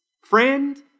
Friend